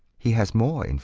he has more, in